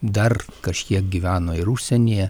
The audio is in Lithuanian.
dar kažkiek gyveno ir užsienyje